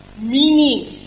Meaning